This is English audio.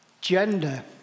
gender